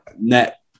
net